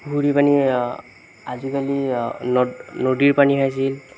পুখুৰী পানী আজিকালি নদ নদীৰ পানী খাইছিল